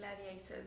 gladiators